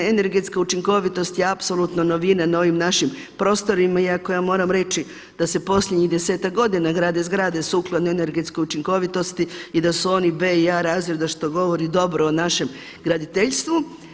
Energetska učinkovitost je apsolutno novina na ovim našim prostorima, iako ja moram reći da se posljednjih desetak godina grade zgrade sukladno energetskoj učinkovitosti i da su oni B i A razred, da što govori dobro o našem graditeljstvu.